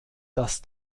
dass